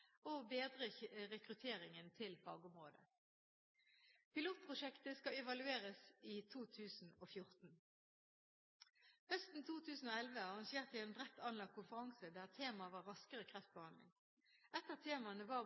og bedre rekrutteringen til fagområdet. Pilotprosjektet skal evalueres i 2014. Høsten 2011 arrangerte jeg en bredt anlagt konferanse der temaet var raskere kreftbehandling. Et av temaene var